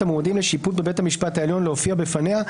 המועמדים לשיפוט בבית המשפט העליון להופיע בפניה,